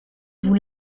vous